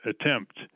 attempt